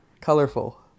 Colorful